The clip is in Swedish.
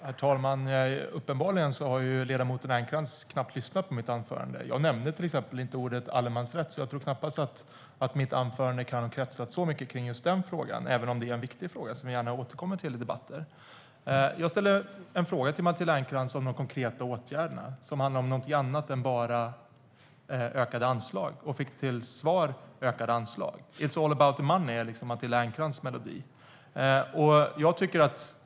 Herr talman! Uppenbarligen har ledamoten Ernkrans knappt lyssnat på mitt anförande. Jag nämnde till exempel inte ordet allemansrätt. Jag tror knappast att mitt anförande kan ha kretsat så mycket kring just den frågan, även om det är en viktig fråga som jag gärna återkommer till i debatter. Jag ställde en fråga till Matilda Ernkrans om de konkreta åtgärderna, som handlar om någonting annat än bara ökade anslag. Jag fick till svar: ökade anslag. It's all about the money, är Matilda Ernkrans melodi.